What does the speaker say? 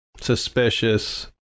suspicious